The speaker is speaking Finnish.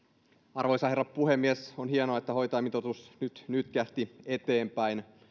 arvoisa herra puhemies on hienoa että hoitajamitoitus nyt nytkähti eteenpäin